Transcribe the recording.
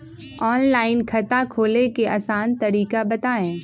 Online खाता खोले के आसान तरीका बताए?